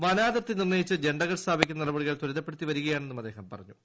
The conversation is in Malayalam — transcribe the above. വനാതിർത്തി നിർണ്ണയിച്ച് ജൻഡകൾ സ്ഥാപിക്കുന്ന നടപടികൾ ത്വരിതപ്പെടുത്തി വരികയാണെന്നും അദ്ദേഹം പറഞ്ഞു